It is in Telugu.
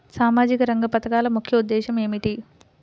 సామాజిక రంగ పథకాల ముఖ్య ఉద్దేశం ఏమిటీ?